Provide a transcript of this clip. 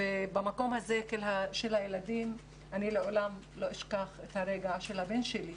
במקום הזה של הילדים אני לעולם לא אשכח את הרגע של הבן שלי,